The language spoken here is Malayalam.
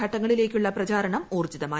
ഘട്ടങ്ങളിലേയ്ക്കുള്ള പ്രചാരണം ഉദ്ദർജിതമായി